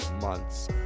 months